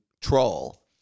troll